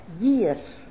years